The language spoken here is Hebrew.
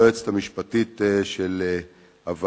ליועצת המשפטית של הוועדה,